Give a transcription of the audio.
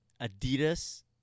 Adidas